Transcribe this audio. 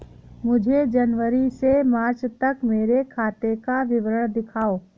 मुझे जनवरी से मार्च तक मेरे खाते का विवरण दिखाओ?